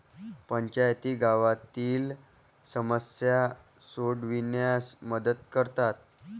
पंचायती गावातील समस्या सोडविण्यास मदत करतात